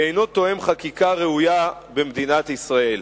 שאינו תואם חקיקה ראויה במדינת ישראל.